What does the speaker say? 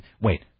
Wait